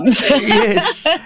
Yes